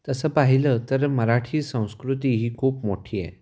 तसं पाहिलं तर मराठी संस्कृती ही खूप मोठी आहे